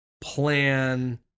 plan